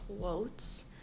quotes